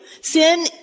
Sin